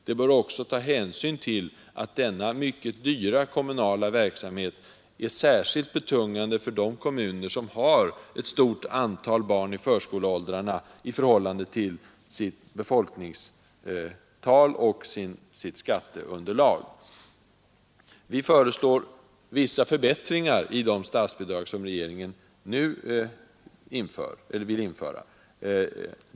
Det bör också ta hänsyn till att denna mycket dyra kommunala verksamhet är särskilt betungande för de kommuner som har ett stort antal barn i förskoleåldrarna i förhållande till sitt befolkningstal och sitt skatteunderlag. Vi föreslår vissa förbättringar i de statsbidrag som regeringen nu vill införa.